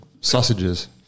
Sausages